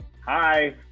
Hi